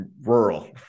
rural